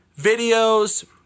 videos